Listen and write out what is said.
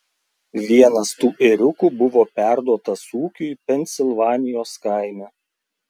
vienas tų ėriukų buvo perduotas ūkiui pensilvanijos kaime